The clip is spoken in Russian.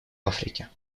африке